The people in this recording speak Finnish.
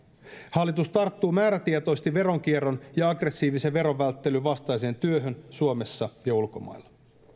hallitus tarttuu määrätietoisesti veronkierron ja aggressiivisen verovälttelyn vastaiseen työhön suomessa ja ulkomailla